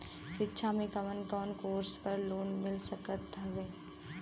शिक्षा मे कवन कवन कोर्स पर लोन मिल सकत हउवे?